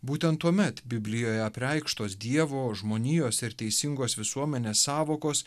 būtent tuomet biblijoje apreikštos dievo žmonijos ir teisingos visuomenės sąvokos